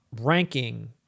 ranking